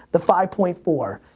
the five point four.